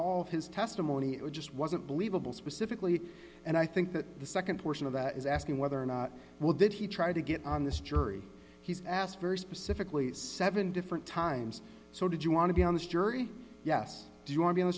of his testimony it just wasn't believable specifically and i think that the nd portion of that is asking whether or not will did he try to get on this jury he's asked very specifically seven different times so did you want to be on this jury yes do you want to be